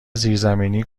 زیرزمینی